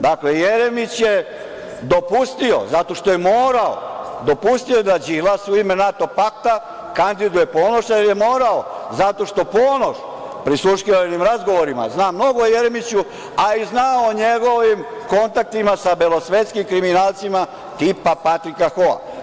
Dakle, Jeremić je dopustio, zato što je morao, da Đilas u ime NATO pakta kandiduje Ponoša, jer je morao, zato što Ponoš prisluškivanim razgovorima zna mnogo o Jeremiću, a zna i o njegovim kontaktima sa belosvetskim kriminalcima tipa Patrika Hoa.